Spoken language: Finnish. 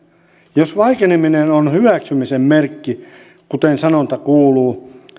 jos vaikeneminen on hyväksymisen merkki kuten sanonta kuuluu